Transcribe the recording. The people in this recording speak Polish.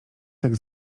tak